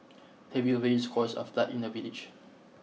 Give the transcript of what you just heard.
heavy rains caused a flood in the village